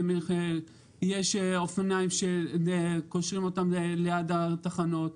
יש אופניים שקושרים אותם ליד התחנות.